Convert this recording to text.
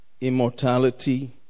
immortality